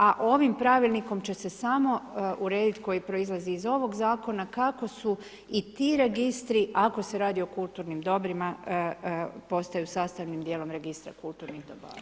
A ovim pravilnikom će se samo uredit, koji proizlazi iz ovoga zakona kako su i ti registri, ako se radi o kulturnim dobrima, postaju sastavnim djelom registra kulturnih dobara.